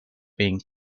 being